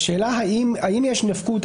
השאלה האם יש נפקות,